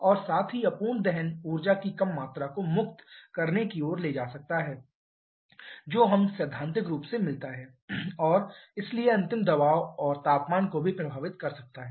और साथ ही अपूर्ण दहन ऊर्जा की कम मात्रा को मुक्त करने की ओर ले जा सकता है जो हमें सैद्धांतिक रूप से मिलता है और इसलिए अंतिम दबाव और तापमान को भी प्रभावित कर सकता है